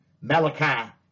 Malachi